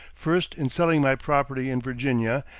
first in selling my property in virginia,